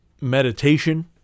meditation